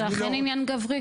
זה אכן עניין גברי.